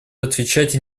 отвечать